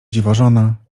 dziwożona